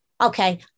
Okay